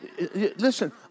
Listen